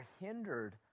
hindered